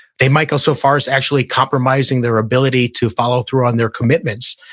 they might go so far as actually compromising their ability to follow through on their commitments.